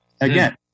Again